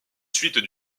suites